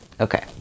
Okay